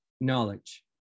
knowledge